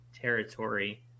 territory